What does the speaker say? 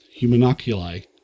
humanoculi